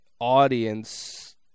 audience